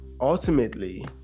ultimately